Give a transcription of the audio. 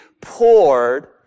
poured